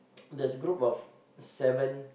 there's a group of seven